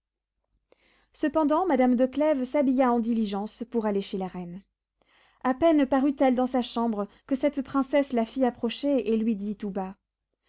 cependant madame de clèves s'habilla en diligence pour aller chez la reine a peine parut elle dans sa chambre que cette princesse la fit approcher et lui dit tout bas